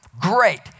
Great